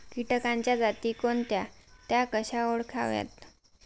किटकांच्या जाती कोणत्या? त्या कशा ओळखाव्यात?